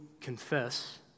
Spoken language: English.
confess